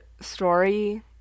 story